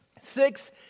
six